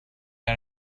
out